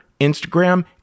Instagram